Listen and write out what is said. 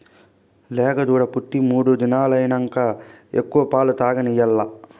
లేగదూడ పుట్టి మూడు దినాలైనంక ఎక్కువ పాలు తాగనియాల్ల